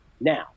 now